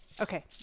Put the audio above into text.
okay